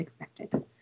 expected